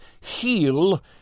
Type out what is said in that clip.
heal